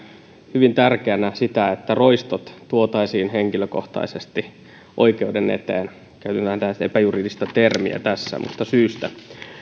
hyvin tärkeänä sitä että roistot tuotaisiin henkilökohtaisesti oikeuden eteen käytin vähän tällaista epäjuridista termiä tässä mutta syystä